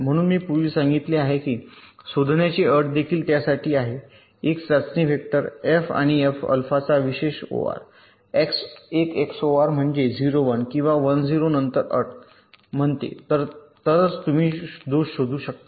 म्हणून मी पूर्वी सांगितले आहे की शोधण्याची अट देखील त्या साठी आहे एक चाचणी वेक्टर एफ आणि एफ अल्फाचा विशेष ओआर 1 एक्सओआर म्हणजे 0 1 किंवा 1 0 नंतर अट म्हणते तरच तुम्ही दोष शोधू शकता